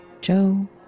Joe